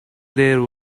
their